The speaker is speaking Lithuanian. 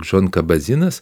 džonka badzinas